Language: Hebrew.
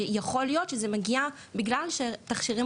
יכול להיות שזה מגיע בגלל שיש תכשירים